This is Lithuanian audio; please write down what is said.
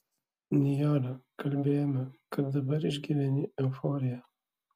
nijole kalbėjome kad dabar išgyveni euforiją